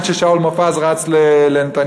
עד ששאול מופז רץ לנתניהו,